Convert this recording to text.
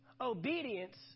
Obedience